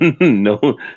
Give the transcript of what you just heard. no